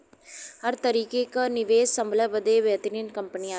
हर तरीके क निवेस संभले बदे बेहतरीन कंपनी आवला